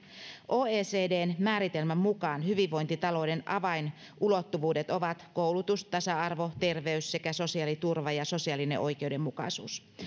oecdn määritelmän mukaan hyvinvointitalouden avainulottuvuudet ovat koulutus tasa arvo terveys sekä sosiaaliturva ja sosiaalinen oikeudenmukaisuus